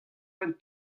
benn